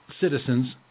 citizens